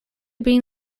being